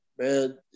Man